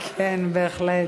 כן, בהחלט.